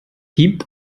gibt